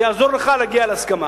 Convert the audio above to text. זה יעזור לך להגיע להסכמה.